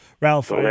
Ralph